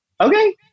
Okay